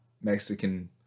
Mexican